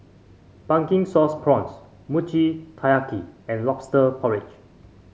Pumpkin Sauce Prawns Mochi Taiyaki and lobster porridge